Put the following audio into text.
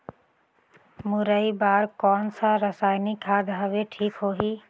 मुरई बार कोन सा रसायनिक खाद हवे ठीक होही?